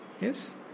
Yes